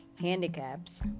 handicaps